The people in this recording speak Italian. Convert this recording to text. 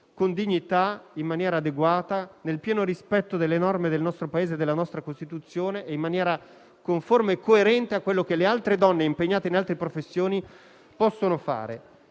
con dignità, in maniera adeguata e nel pieno rispetto delle norme del nostro Paese, della nostra Costituzione e in maniera conforme e coerente con quello che le altre donne impegnate in altre professioni possono fare.